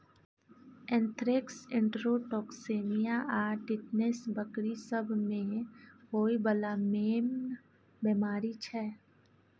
anthrax, enterotoxaemia आ tetanus बकरी सब मे होइ बला मेन बेमारी छै